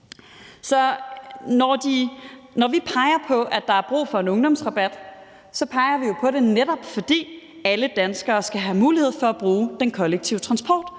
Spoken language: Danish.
når vi peger på, at der er brug for en ungdomsrabat, peger vi på det, netop fordi alle danskere skal have mulighed for at bruge den kollektive transport.